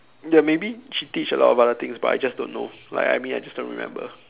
ya maybe she teach a lot of other things but I just don't know like I mean I just don't remember